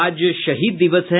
आज शहीद दिवस है